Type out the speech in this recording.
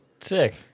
sick